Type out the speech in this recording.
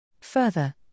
Further